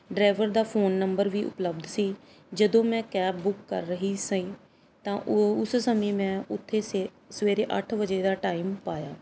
driver ਦਾ phone number ਵੀ ਉਪਲੱਬਧ ਸੀ ਜਦੋਂ ਮੈਂ ਕੈਬ ਬੁੱਕ ਕਰ ਰਹੀ ਸੀ ਤਾਂ ਉਹ ਉਸ ਸਮੇਂ ਮੈਂ ਉੱਥੇ ਸੇ ਸਵੇਰੇ ਅੱਠ ਵਜੇ ਦਾ ਟਾਈਮ ਪਾਇਆ